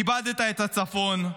איבדת את הצפון,